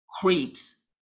creeps